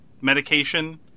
medication